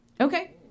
Okay